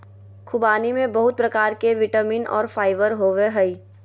ख़ुबानी में बहुत प्रकार के विटामिन और फाइबर होबय हइ